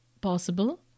possible